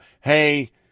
hey